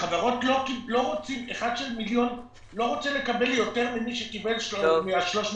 אחד של מיליון לא רוצה לקבל יותר ממי שקיבל מה-350,